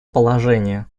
положения